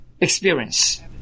experience